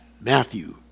Matthew